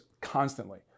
constantly